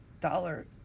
Dollar